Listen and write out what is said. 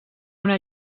una